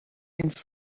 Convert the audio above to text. une